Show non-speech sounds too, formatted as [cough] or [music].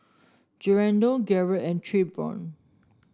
[unintelligible] Garnett and Trayvon